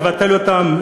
לבטל אותם,